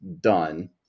done